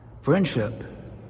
Friendship